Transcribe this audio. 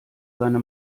seine